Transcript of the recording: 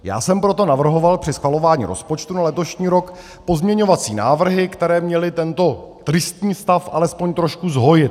Já jsem proto navrhoval při schvalování rozpočtu na letošní rok pozměňovací návrhy, které měly tento tristní stav alespoň trošku zhojit.